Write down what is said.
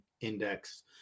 Index